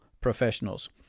professionals